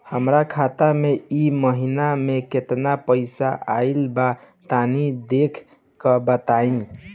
हमरा खाता मे इ महीना मे केतना पईसा आइल ब तनि देखऽ क बताईं?